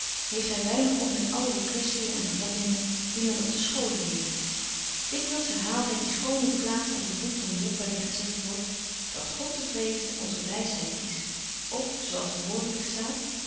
heeft hy weinig op met alle die kwestien en bevattingen die men op de scholen leert dikwyls herhaalt hy die schone plaats uit het boek van job waar in gezegt wordt dat god te vrezen onze wysheid is of zo als er woordelyk staat